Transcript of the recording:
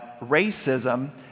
racism